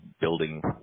building